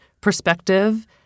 perspective